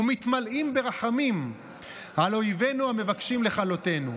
ומתמלאים ברחמים על אויבינו המבקשים לכלותנו.